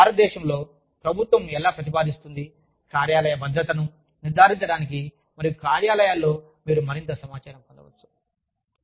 మరియు భారతదేశంలో ప్రభుత్వం ఎలా ప్రతిపాదిస్తుంది కార్యాలయ భద్రతను నిర్ధారించడానికి మరియు కార్యాలయాల్లో మీరు మరింత సమాచారం పొందవచ్చు